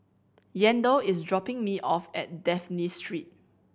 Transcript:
Yandel is dropping me off at Dafne Street